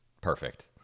Perfect